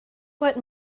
what